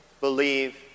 believe